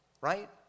right